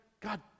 God